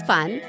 Fun